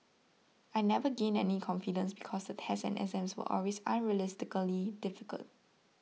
I never gained any confidence because the tests and exams were always unrealistically difficult